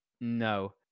no